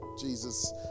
Jesus